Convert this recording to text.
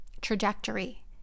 trajectory